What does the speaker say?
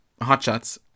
hotshots